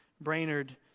Brainerd